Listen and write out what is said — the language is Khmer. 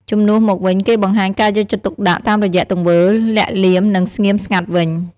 ជំនួសមកវិញ គេបង្ហាញការយកចិត្តទុកដាក់តាមរយៈទង្វើលាក់លៀម និងស្ងៀមស្ងាត់វិញ។